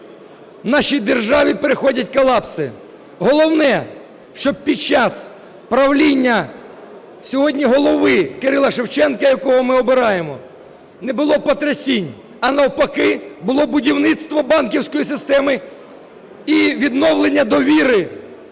нашій державі проходять колапси. Головне, щоб під час правління сьогодні голови Кирила Шевченка, якого ми обираємо, не було потрясінь, а навпаки, було будівництво банківської системи і відновлення довіри